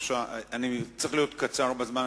אני צריך להיות קצר בזמן.